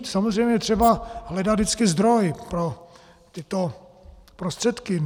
Samozřejmě je třeba hledat vždycky zdroj pro tyto prostředky.